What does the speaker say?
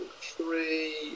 three